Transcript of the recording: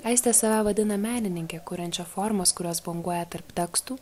aistė save vadina menininke kuriančia formas kurios banguoja tarp tekstų